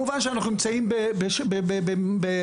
את תשלומי ההורים העלינו בשמונה שקלים